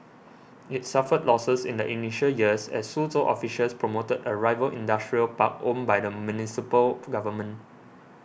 it suffered losses in the initial years as Suzhou officials promoted a rival industrial park owned by the municipal government